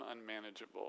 unmanageable